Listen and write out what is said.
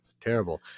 Terrible